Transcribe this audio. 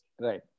Right